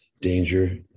danger